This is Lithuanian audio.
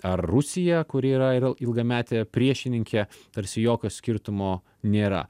ar rusija kuri yra ir vėl ilgametė priešininkė tarsi jokio skirtumo nėra